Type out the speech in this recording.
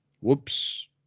Whoops